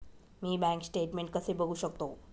मी bank statement कसे बघू शकतो?